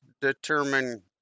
determine